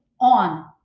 on